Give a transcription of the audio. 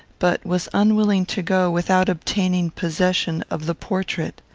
but was unwilling to go without obtaining possession of the portrait.